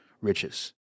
riches